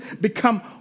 become